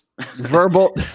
Verbal